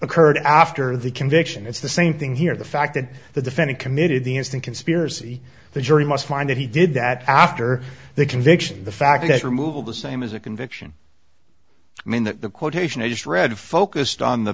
occurred after the conviction it's the same thing here the fact that the defendant committed the instant conspiracy the jury must find that he did that after the conviction the fact that removal the same as a conviction i mean that the quotation i just read focused on the